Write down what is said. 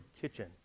kitchen